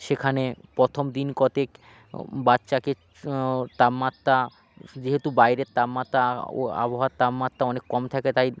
সেখানে প্রথম দিন কতক বাচ্চাকে তাপমাত্রা যেহেতু বাইরের তাপমাত্রা আবহাওয়ার তাপমাত্রা অনেক কম থাকে তাই